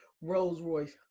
Rolls-Royce